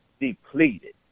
depleted